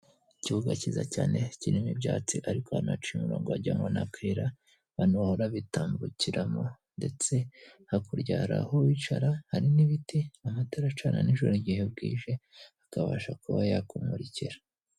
Ikibuga cyiza cyane kirimo ibyatsi ariko ahantu haciye umurongo ahagiye harimo n'akayira abantu bahora bitambukiramo ndetse hakurya hari aho wicara hari n'ibiti amatara acana nijoro igihe bwije akabasha kuba yakumukira.